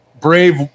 brave